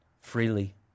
freely